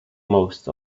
most